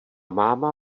máma